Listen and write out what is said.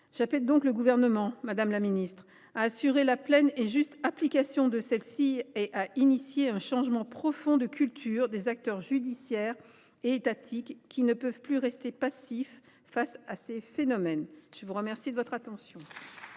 J’appelle donc le Gouvernement, madame la ministre, à assurer la pleine et juste application de celles ci et à engager un changement profond de culture des acteurs judiciaires et étatiques, qui ne peuvent plus rester passifs face à ces phénomènes. La parole est à Mme